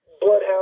bloodhound